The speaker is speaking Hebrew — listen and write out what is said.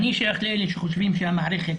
אני שייך לאלה שחושבים שמערכת